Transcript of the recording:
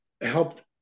helped